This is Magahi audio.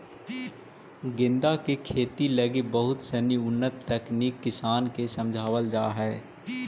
गेंदा के खेती लगी बहुत सनी उन्नत तकनीक किसान के समझावल जा हइ